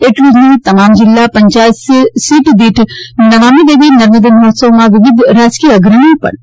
એટલું જ નહી તમામ જિલ્લા પંચાયત સીટ દીઠ નમામિ દેવી નર્મદે મહોત્સવમાં વિવિધ રાજકીય અગ્રણીઓ ઉપસ્થિત રહેશે